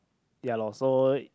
ya lor so